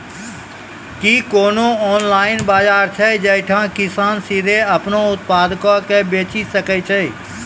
कि कोनो ऑनलाइन बजार छै जैठां किसान सीधे अपनो उत्पादो के बेची सकै छै?